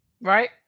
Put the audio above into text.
Right